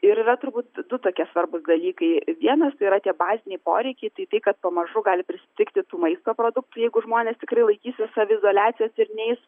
ir yra turbūt du tokie svarbūs dalykai vienas yra tie baziniai poreikiai tai tai kad pamažu gali pristigti tų maisto produktų jeigu žmonės tikrai laikysis saviizoliacijos ir neis